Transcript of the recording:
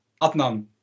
Adnan